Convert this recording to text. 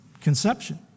Conception